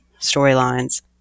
storylines